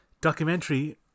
documentary